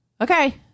Okay